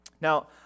Now